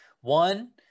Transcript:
one